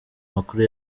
amakuru